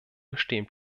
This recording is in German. bestehen